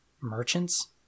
merchants